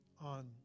on